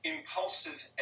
impulsive